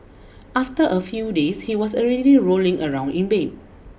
after a few days he was already rolling around in bed